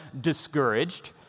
discouraged